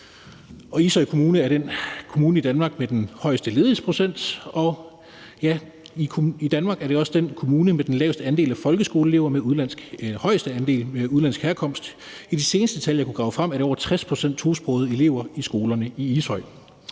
Ishøj Kommune er den kommune i Danmark med den højeste ledighedsprocent, og ja, i Danmark er det også den kommune med den højeste andel af folkeskoleelever med udenlandsk herkomst. I de seneste tal, jeg kunne grave frem, er det over 60 pct. tosprogede elever i skolerne i Ishøj.